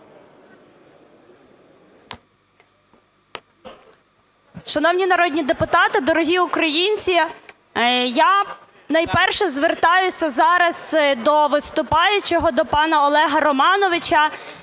Шановні народні депутати, дорогі українці! Я найперше звертаюся зараз до виступаючого, до пана Олега Романовича,